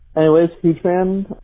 anyways, huge fun,